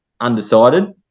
undecided